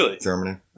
Germany